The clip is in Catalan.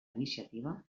iniciativa